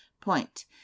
Point